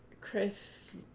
Chris